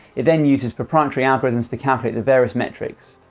it then uses proprietary algorithms to calculate the various metrics.